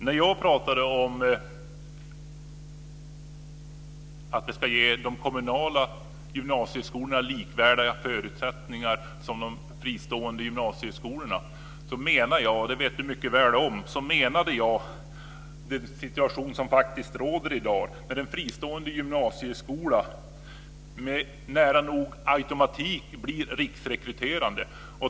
När jag pratar om att vi ska ge de kommunala gymnasieskolorna likvärdiga förutsättningar som de fristående gymnasieskolorna, menar jag - det vet Tomas Högström om - den situation som faktiskt råder i dag, där en fristående gymnasieskola nära nog med automatik blir riksrekryterande.